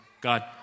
God